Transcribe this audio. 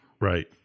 Right